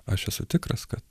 aš esu tikras kad